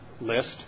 list